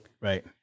Right